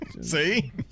see